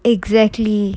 exactly